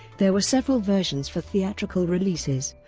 there were several versions for theatrical releases,